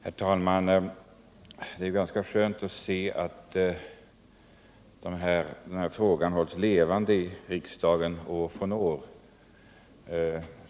Herr talman! Det är ganska skönt att notera att den här frågan hålls levande i riksdagen år från år.